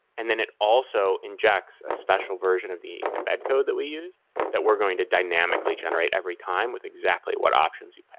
and then it also injects a special version of the embed code that we use that we're going to dynamically generate every time with exactly what options we've